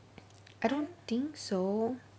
I don't think so